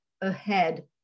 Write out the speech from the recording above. ahead